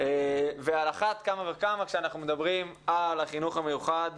על אחת כמה וכמה כשאנחנו מדברים על החינוך המיוחד.